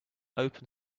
open